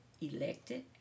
elected